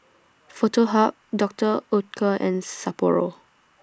Foto Hub Doctor Oetker and Sapporo